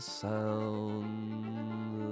sound